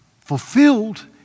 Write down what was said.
fulfilled